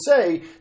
say